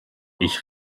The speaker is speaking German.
ich